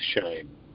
shame